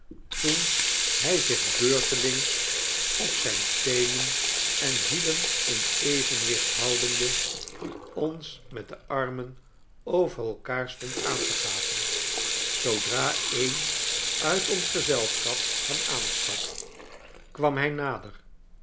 toen hij zich beurtelings op zijn teenen en hielen in evenwicht houdende ons met de armen over elkaar stond aan te gapen zoodra een uit ons gezelschap hem aansprak kwam hij nader